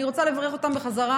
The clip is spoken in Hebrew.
אני רוצה לברך אותם בחזרה,